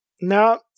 Now